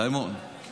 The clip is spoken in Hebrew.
סיימון,